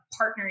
partnering